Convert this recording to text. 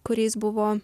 kuriais buvo